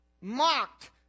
Mocked